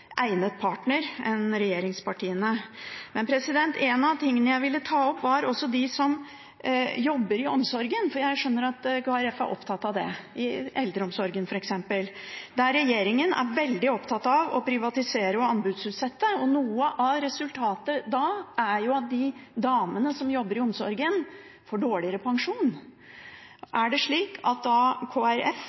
egnet partner enn regjeringspartiene. En av de tingene jeg ville ta opp, handler om dem som jobber i omsorgen, f.eks. i eldreomsorgen – for jeg skjønner at Kristelig Folkeparti er opptatt av det – der regjeringen er veldig opptatt av å privatisere og anbudsutsette. Noe av resultatet da er at de damene som jobber i omsorgen, får dårligere pensjon. Er det slik at